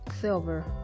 silver